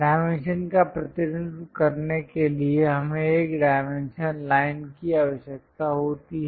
dimension का प्रतिनिधित्व करने के लिए हमें एक डायमेंशन लाइन की आवश्यकता होती है